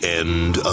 end